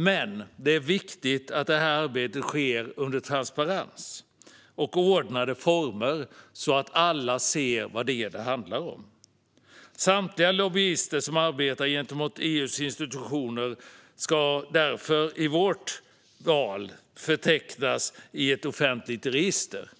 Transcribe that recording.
Men det är viktigt att detta arbete sker under transparens och under ordnade former så att alla ser vad det hela handlar om. Samtliga lobbyister som arbetar gentemot EU:s institutioner ska därför, i vårt val, förtecknas i ett offentligt register.